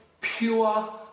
pure